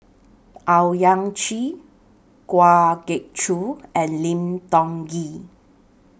Owyang Chi Kwa Geok Choo and Lim Tiong Ghee